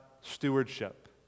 stewardship